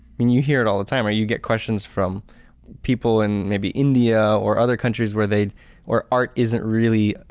and you hear it all the time where you get questions from people in maybe india or other countries where they where art isn't really